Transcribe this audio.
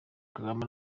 kagame